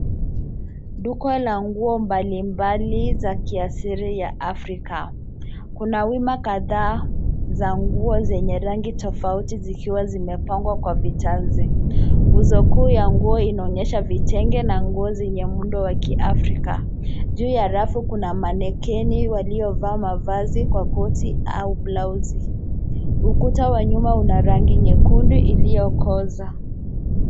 Duka la nguo mbalimbali za kiasili ya Afrika. Kuna wima kadhaa za nguo zenye rangi tofauti zikiwa zimepangwa kwa vitanzi. Nguzo kuu ya nguo inaonesha vitenge na nguo zenye muundo wa kiafrika. Juu ya rafu kuna manekeni waliovaa mavazi kwa koti au blauzi. Ukuta wa nyuma una rangi nyekundu iliyokoza.